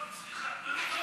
בבקשה.